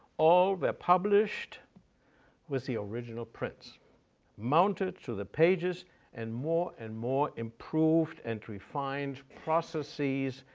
all were published with the original prints mounted to the pages and more and more improved and refined processes,